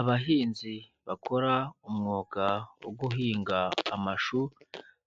Abahinzi bakora umwuga wo guhinga amashu,